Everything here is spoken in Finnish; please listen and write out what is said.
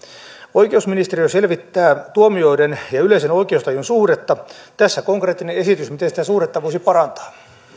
oikeusministeriö selvittää tuomioiden ja yleisen oikeustajun suhdetta ja tässä on konkreettinen esitys miten sitä suhdetta voisi parantaa